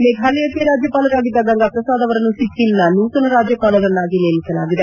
ಮೇಫಾಲಯ ರಾಜ್ಯಪಾಲರಾಗಿದ್ದ ಗಂಗಾ ಪ್ರಸಾದ್ ಅವರನ್ನು ಸಿಕ್ಕೀಂನ ನೂತನ ರಾಜ್ಯಪಾಲರನ್ನಾಗಿ ನೇಮಿಸಲಾಗಿದೆ